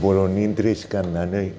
बर'नि ड्रेस गान्नानै